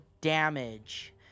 damage